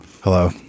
Hello